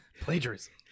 Plagiarism